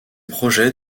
projets